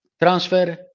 transfer